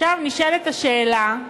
עכשיו נשאלת השאלה: